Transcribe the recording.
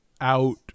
out